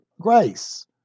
grace